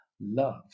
love